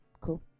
cool